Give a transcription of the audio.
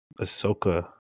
Ahsoka